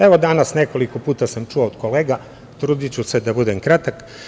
Evo, danas nekoliko puta sam čuo od kolega, trudiću se da budem kratak.